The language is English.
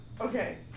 Okay